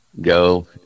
go